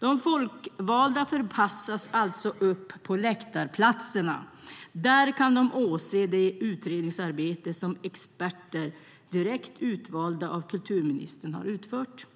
De folkvalda förpassas alltså upp på läktarplatserna. Där kan de åse det utredningsarbete som experter direkt utvalda av kulturministern har utfört.